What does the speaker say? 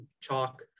chalk